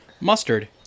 Mustard